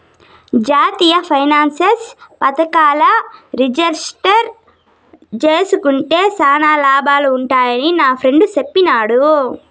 జాతీయ పెన్సన్ పదకంల రిజిస్టర్ జేస్కుంటే శానా లాభాలు వున్నాయని నాఫ్రెండ్ చెప్పిన్నాడు